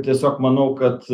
tiesiog manau kad